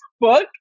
book